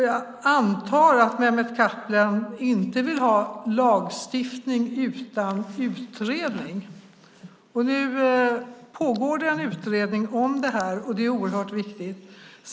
Jag antar att Mehmet Kaplan inte vill ha lagstiftning utan utredning. Nu pågår det en utredning om detta, och det är oerhört viktigt.